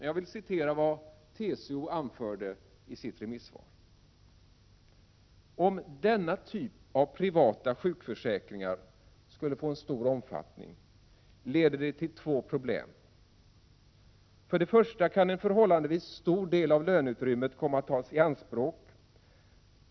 Jag vill citera vad TCO anförde i sitt remissvar: ”Om denna typ av privata sjukvårdsförsäkringar skulle få stor omfattning leder det till två problem. För det första kan en förhållandevis stor del av löneutrymmet komma att tas i anspråk.